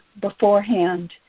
beforehand